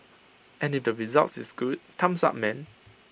and if the results is good thumbs up man